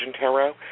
Tarot